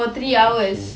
for three hours